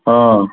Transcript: आं